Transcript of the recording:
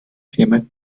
firma